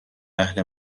اهل